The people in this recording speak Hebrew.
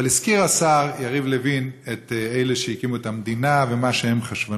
אבל הזכיר השר יריב לוין את אלה שהקימו את המדינה ומה שהם חשבו.